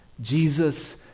Jesus